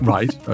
Right